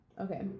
okay